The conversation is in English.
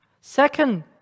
Second